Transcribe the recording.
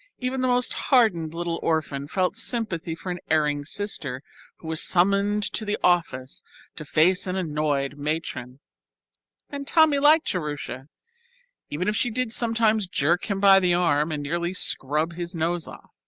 even the most hardened little orphan felt sympathy for an erring sister who was summoned to the office to face an annoyed matron and tommy liked jerusha even if she did sometimes jerk him by the arm and nearly scrub his nose off.